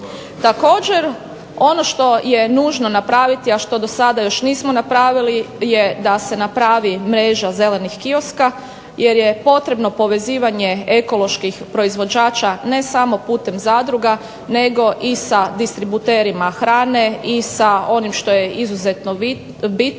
Također ono što je nužno napraviti, a što do sada nismo napravili je da se napravi mreža zelenih kioska jer je potrebno povezivanje ekoloških proizvođača ne samo putem zadruga nego i sa distributerima hrane i sa onim što je izuzetno bitno,